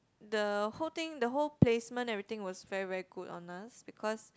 the whole thing the whole placement everything was very very good on us because